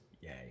yay